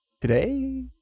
today